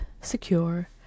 secure